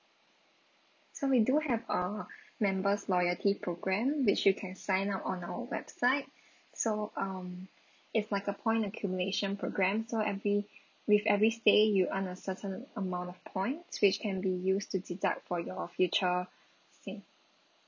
so we do have a members loyalty program which you can sign up on our website so um it's like a point accumulation program so every with every stay you earn a certain amount of points which can be used to deduct for your future stay